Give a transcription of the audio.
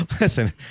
Listen